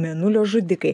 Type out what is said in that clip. mėnulio žudikai